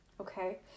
okay